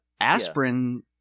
Aspirin